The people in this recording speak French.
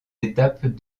étapes